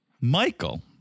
Michael